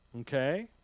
Okay